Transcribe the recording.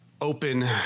open